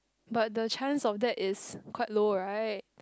but the chance of that is quite low right